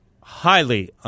highly